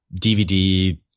DVD